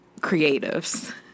creatives